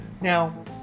Now